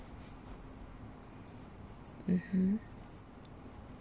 mmhmm